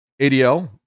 ADL